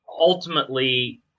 ultimately